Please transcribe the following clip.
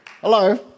Hello